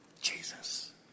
Jesus